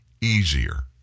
easier